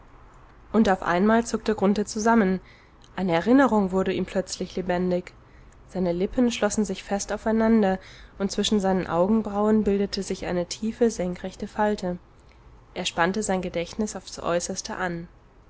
und auf einmal zuckte grunthe zusammen eine erinnerung wurde ihm plötzlich lebendig seine lippen schlossen sich fest aufeinander und zwischen seinen augenbrauen bildete sich eine tiefe senkrechte falte er spannte sein gedächtnis aufs äußerste an